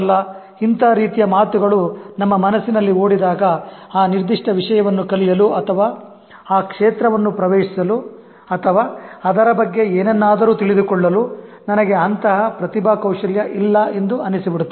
" ಇಂತಹ ರೀತಿಯ ಮಾತುಗಳು ನಮ್ಮ ಮನಸ್ಸಿನಲ್ಲಿ ಓಡಿದಾಗ ಆ ನಿರ್ದಿಷ್ಟ ವಿಷಯವನ್ನು ಕಲಿಯಲು ಅಥವಾ ಆ ಕ್ಷೇತ್ರವನ್ನು ಪ್ರವೇಶಿಸಲು ಅಥವಾ ಅದರ ಬಗ್ಗೆ ಏನನ್ನಾದರೂ ತಿಳಿದುಕೊಳ್ಳಲು ನನಗೆ ಅಂತಹ ಪ್ರತಿಭಾ ಕೌಶಲ್ಯ ಇಲ್ಲ ಎಂದು ಅನಿಸಿಬಿಡುತ್ತದೆ